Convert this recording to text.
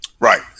Right